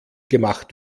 gemacht